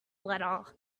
letter